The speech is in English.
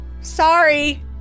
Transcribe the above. Sorry